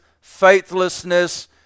faithlessness